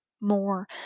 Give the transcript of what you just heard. more